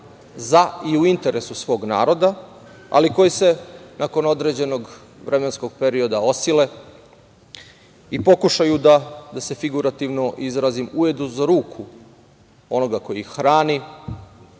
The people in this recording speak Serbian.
za i u interesu svog naroda, ali koji se nakon određenog vremenskog perioda osile i pokušaju, da se figurativno izrazim, ujedu za ruku onoga koji ih hrani